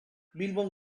bilbon